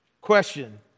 Question